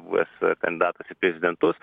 buvęs kandidatas į prezidentus